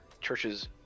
churches